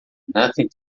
nothing